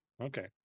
Okay